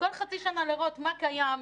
כל חצי שנה לראות מה קיים,